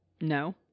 No